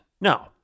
No